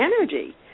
energy